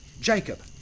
Jacob